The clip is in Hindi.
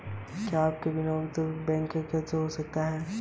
क्या मैं बिना उपयोगिता बिल के बैंक खाता खोल सकता हूँ?